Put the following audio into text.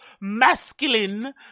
masculine